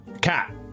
Cat